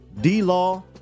D-Law